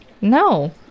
No